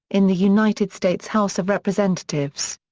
in the united states house of representatives.